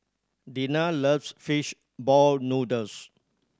Deana loves fish ball noodles